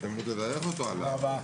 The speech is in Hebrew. תודה רבה.